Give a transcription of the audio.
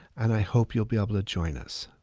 and i hope you'll be able to join us.